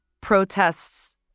protests